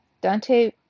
Dante